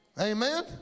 Amen